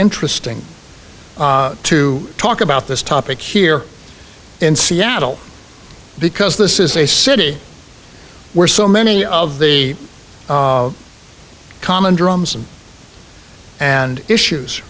interesting to talk about this topic here in seattle because this is a city where so many of the common drums and issues